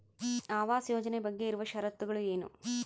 ಆವಾಸ್ ಯೋಜನೆ ಬಗ್ಗೆ ಇರುವ ಶರತ್ತುಗಳು ಏನು?